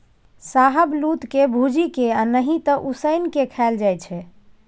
शाहबलुत के भूजि केँ आ नहि तए उसीन के खाएल जाइ छै